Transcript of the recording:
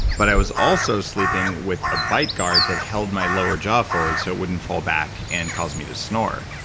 but i was also sleeping with a bite guard that held my lower jaw forward so it wouldn't fall back and cause me to snore.